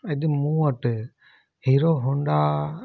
अॼु मूं वटि हीरो होंडा